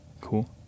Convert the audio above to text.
Cool